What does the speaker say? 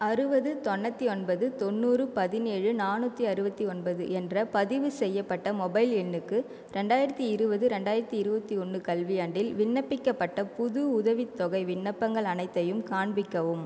அறுபது தொண்ணூற்றி ஒன்பது தொண்ணூறு பதினேழு நானூற்றி அறுபத்தி ஒன்பது என்ற பதிவுசெய்யப்பட்ட மொபைல் எண்ணுக்கு ரெண்டாயிரத்தி இருபது ரெண்டாயிரத்தி இருபத்தி ஒன்று கல்வியாண்டில் விண்ணப்பிக்கப்பட்ட புது உதவித்தொகை விண்ணப்பங்கள் அனைத்தையும் காண்பிக்கவும்